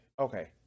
Okay